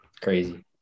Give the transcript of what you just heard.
Crazy